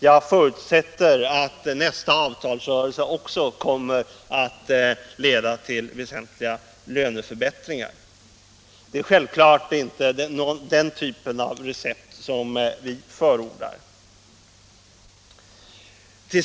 Jag förutsätter att nästa avtalsrörelse också kommer att leda till väsentliga löneförbättringar. Det är självklart inte den typen av recept som vi förordar.